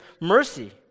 Mercy